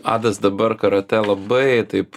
adas dabar karatė labai taip